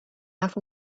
half